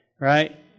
Right